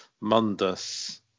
Mundus